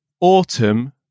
autumn